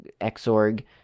Xorg